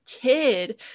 kid